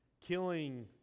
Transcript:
killing